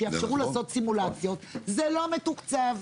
יחשבו לעשות סימולציות, וזה לא מתוקצב.